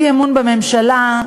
אי-אמון בממשלה,